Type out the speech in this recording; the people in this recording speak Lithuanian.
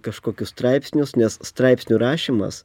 kažkokius straipsnius nes straipsnių rašymas